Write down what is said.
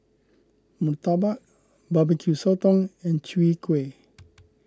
Murtabak Barbeque Sotong and Chwee Kueh